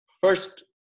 first